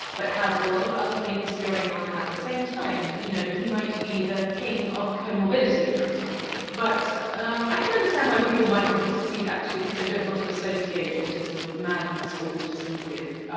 but has a lot of other things going on at the same time. you know, he might be the king of comorbidity, for example. but i can understand why people might not want to see that, because they don't want to associate autism with madness, or autism with,